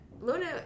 Luna